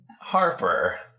Harper